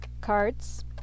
cards